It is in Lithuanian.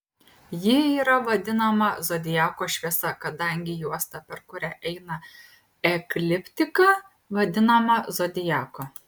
ji yra vadinama zodiako šviesa kadangi juosta per kurią eina ekliptika vadinama zodiaku